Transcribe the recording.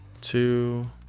Two